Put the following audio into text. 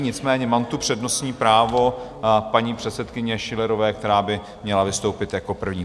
Nicméně mám tu přednostní právo paní předsedkyně Schillerové, která by měla vystoupit jako první.